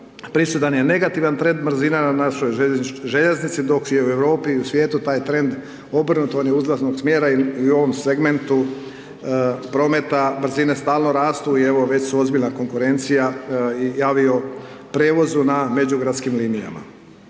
prisutan je negativan trend brzina na našoj željeznici dok je u Europi i u svijetu taj trend obrnuto, on je uzlaznog smjera i u ovom segmentu prometa brzine stalno rastu i evo već su ozbiljna konkurencija i avioprijevozu na međugradskim linijama.